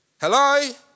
Hello